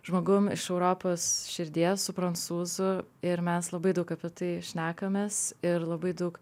žmogum iš europos širdies su prancūzu ir mes labai daug apie tai šnekamės ir labai daug